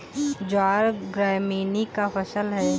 ज्वार ग्रैमीनी का फसल है